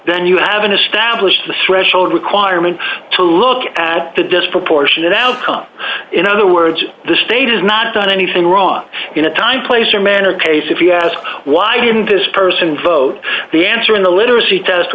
then you haven't established the threshold requirement to look at the disproportionate outcome in other words the state has not done anything wrong in a time place or manner of case if you ask why didn't this person vote the answer in the literacy test